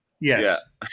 Yes